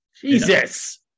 Jesus